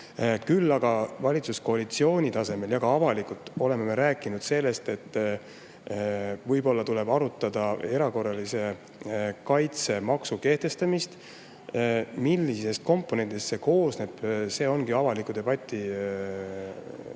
küll aga oleme valitsuskoalitsiooni tasemel ja ka avalikult rääkinud sellest, et võib-olla tuleb arutada erakorralise kaitsemaksu kehtestamist. Millistest komponentidest see koosneb, ongi avaliku debati